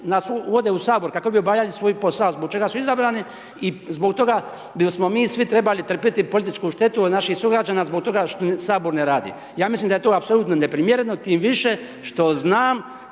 ovdje u Sabor kako bi obavljali svoj posao, zbog čega su izabrani i zbog toga bismo mi svi trebali trpjeti političku štetu od naših sugrađana, zbog toga što Sabor ne radim, ja mislim da je to apsolutno neprimjereno, tim više, što znam